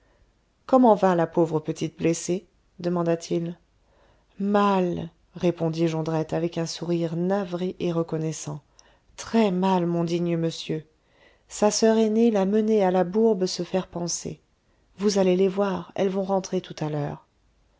comment va la pauvre petite blessée demanda-t-il mal répondit jondrette avec un sourire navré et reconnaissant très mal mon digne monsieur sa soeur aînée l'a menée à la bourbe se faire panser vous allez les voir elles vont rentrer tout à l'heure